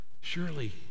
surely